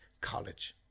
college